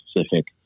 specific